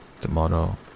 Tomorrow